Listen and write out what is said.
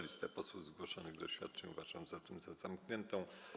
Listę posłów zgłoszonych do oświadczeń uważam zatem za zamkniętą.